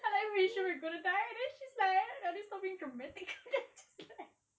I'm like vishu we gonna die then she's like can you stop being dramatic and I'm just like